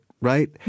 right